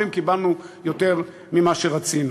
אומרים: קיבלנו יותר ממה שרצינו.